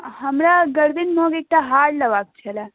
हमरा गरदनि महक एकटा हार लेबाक छलै